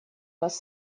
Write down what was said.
вас